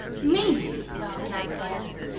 mean? laughed nancy ellen.